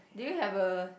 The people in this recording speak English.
do you have a